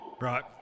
Right